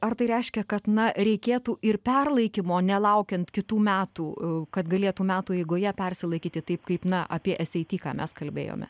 ar tai reiškia kad na reikėtų ir perlaikymo nelaukiant kitų metų kad galėtų metų eigoje persilaikyti taip kaip na apie es ei ty ką mes kalbėjome